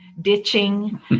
ditching